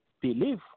believe